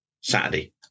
Saturday